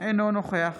אינו נוכח